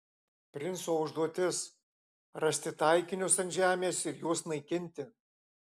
princo užduotis rasti taikinius ant žemės ir juos naikinti